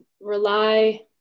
rely